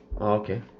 Okay